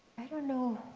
i don't know.